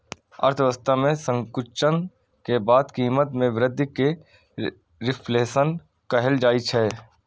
अर्थव्यवस्था मे संकुचन के बाद कीमत मे वृद्धि कें रिफ्लेशन कहल जाइ छै